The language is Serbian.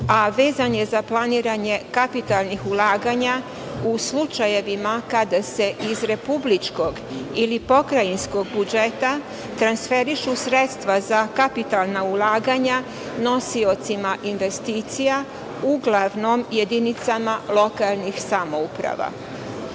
a vezan je za planiranje kapitalnih ulaganja u slučajevima kada se iz republičkog ili pokrajinskog budžeta transferišu sredstva za kapitalna ulaganja nosiocima investicija, uglavnom jedinicama lokalnih samouprava.